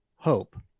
Hope